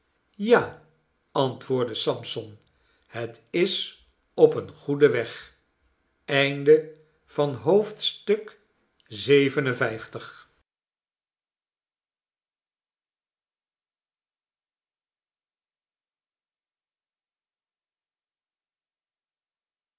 ja antwoordde sampson het is op een goeden weg